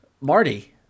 Marty